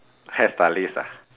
hairstylist ah